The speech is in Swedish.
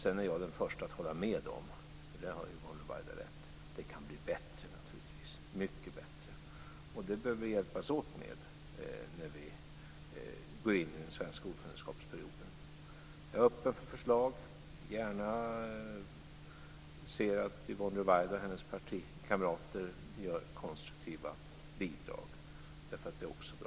Sedan är jag den första att hålla med om - där har Yvonne Ruwaida rätt - att det naturligtvis kan bli bättre, mycket bättre, och det behöver vi hjälpas åt med när vi går in i den svenska ordförandeskapsperioden. Jag är öppen för förslag, och jag ser gärna att Yvonne Ruwaida och hennes partikamrater lämnar konstruktiva bidrag. Det är också bra för Sverige.